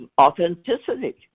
authenticity